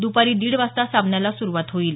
दुपारी दीड वाजता सामन्याला सुरुवात होईल